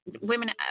women